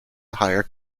higher